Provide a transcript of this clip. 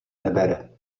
nebere